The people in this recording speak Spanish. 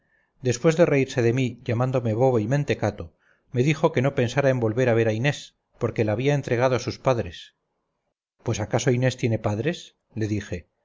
después de reírse de mí llamándome bobo y mentecato me dijo que no pensara en volver a ver a inés porque la había entregado a sus padres pues acaso inés tiene padres le dije